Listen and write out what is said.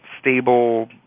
stable